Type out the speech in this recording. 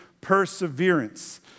perseverance